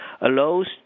allows